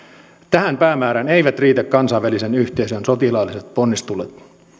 tähän päämäärään eivät riitä kansainvälisen yhteisön sotilaalliset ponnistelut